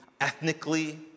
ethnically